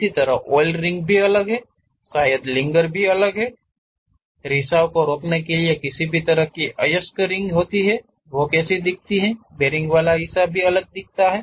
इसी तरह oil ring भी अलग हैं शायद लिंगर भी अलग हैं अगर रिसाव को रोकने के लिए किसी भी तरह की अयस्क रिंग होती है तो यह कैसा दिखता है बेरिंग वाला हिस्सा भी अलग दिखता है